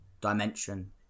dimension